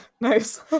nice